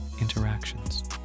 interactions